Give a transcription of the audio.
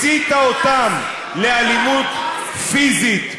אתה המסית, הסיתה אותם לאלימות פיזית.